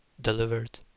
delivered